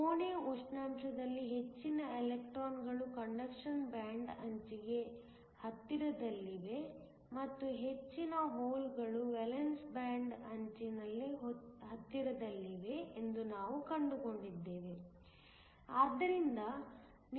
ಕೋಣೆಯ ಉಷ್ಣಾಂಶದಲ್ಲಿ ಹೆಚ್ಚಿನ ಎಲೆಕ್ಟ್ರಾನ್ಗಳು ಕಂಡಕ್ಷನ್ ಬ್ಯಾಂಡ್ ಅಂಚಿಗೆ ಹತ್ತಿರದಲ್ಲಿವೆ ಮತ್ತು ಹೆಚ್ಚಿನ ಹೋಲ್ಗಳು ವೇಲೆನ್ಸ್ ಬ್ಯಾಂಡ್ ಅಂಚಿಗೆ ಹತ್ತಿರದಲ್ಲಿವೆ ಎಂದು ನಾವು ಕಂಡುಕೊಂಡಿದ್ದೇವೆ